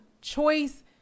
choice